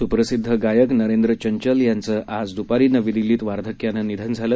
स्प्रसिद्ध गायक नरेद्र चंचल यांचं आज द्पारी नवी दिल्लीत वार्धक्यानं निधन झालं